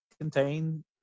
contain